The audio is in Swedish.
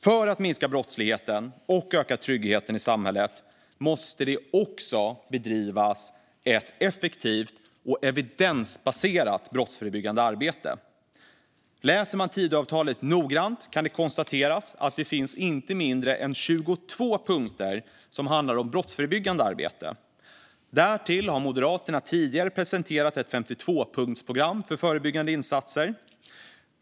För att minska brottsligheten och öka tryggheten i samhället måste det också bedrivas ett effektivt och evidensbaserat brottsförebyggande arbete. Läser man Tidöavtalet noggrant kan man konstatera att det finns inte mindre än 22 punkter som handlar om brottsförebyggande arbete. Därtill har Moderaterna tidigare presenterat ett 52-punktsprogram med förebyggande insatser.